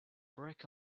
brick